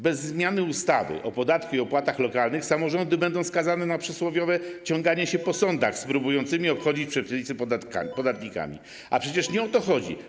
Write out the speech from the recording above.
Bez zmiany ustawy o podatku i opłatach lokalnych samorządy będą skazane na przysłowiowe ciąganie się po sądach z próbującymi obchodzić przepisy podatnikami, a przecież nie o to chodzi.